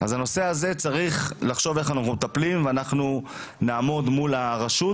אז בנושא הזה צריך לחשוב איך אנחנו מטפלים ואנחנו נעמוד מול הרשות,